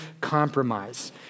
compromise